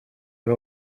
его